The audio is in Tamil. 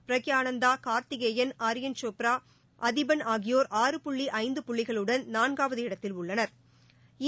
ப்ரக்யானந்தா கார்த்திகேயன் ஆரியன் கோப்ரா அதிபன் ஆகியோர் ஆறு புள்ளி ஐந்து புள்ளிகளுடன் நான்காவது இடத்தில் உள்ளனா்